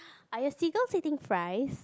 are your seagulls eating fries